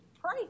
pray